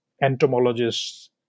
entomologists